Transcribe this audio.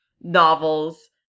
novels